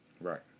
Right